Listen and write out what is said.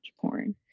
porn